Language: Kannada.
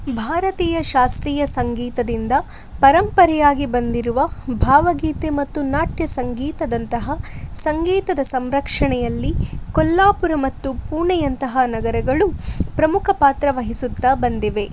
ಭಾರತೀಯ ಶಾಸ್ತ್ರೀಯ ಸಂಗೀತದಿಂದ ಪರಂಪರೆಯಾಗಿ ಬಂದಿರುವ ಭಾವಗೀತೆ ಮತ್ತು ನಾಟ್ಯ ಸಂಗೀತದಂತಹ ಸಂಗೀತದ ಸಂರಕ್ಷಣೆಯಲ್ಲಿ ಕೊಲ್ಲಾಪುರ ಮತ್ತು ಪುಣೆಯಂತಹ ನಗರಗಳು ಪ್ರಮುಖ ಪಾತ್ರ ವಹಿಸುತ್ತ ಬಂದಿವೆ